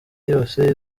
yose